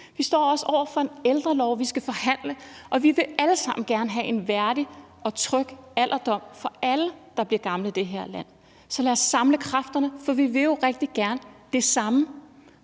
Vi står også over for en ældrelov, som vi skal forhandle om, og vi vil alle sammen gerne have en værdig og tryg alderdom for alle, der bliver gamle, i det her land. Så lad os samle kræfterne, for vi vil jo rigtig gerne det samme,